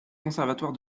conservatoire